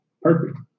perfect